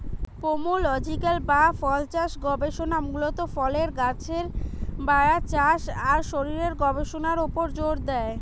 pomological বা ফলচাষ গবেষণা মূলত ফলের গাছের বাড়া, চাষ আর শরীরের গবেষণার উপর জোর দেয়